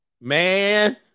Man